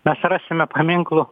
mes rasime paminklų